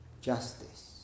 justice